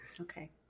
okay